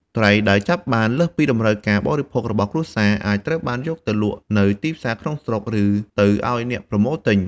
ត្រីដែលចាប់បានលើសពីតម្រូវការបរិភោគរបស់គ្រួសារ អាចត្រូវបានយកទៅលក់នៅទីផ្សារក្នុងស្រុក ឬទៅឲ្យអ្នកប្រមូលទិញ។